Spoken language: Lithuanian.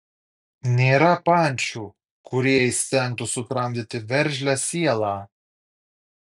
nėra pančių kurie įstengtų sutramdyti veržlią sielą